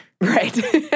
Right